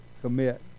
commit